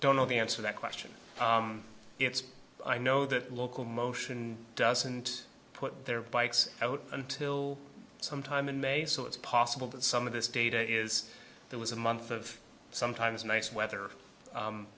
don't know the answer that question it's i know that local motion doesn't put their bikes out until sometime in may so it's possible that some of this data is that was a month of sometimes nice weather